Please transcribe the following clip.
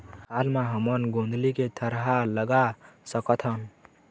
हाल मा हमन गोंदली के थरहा लगा सकतहन?